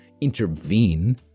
intervene